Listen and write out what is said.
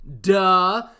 duh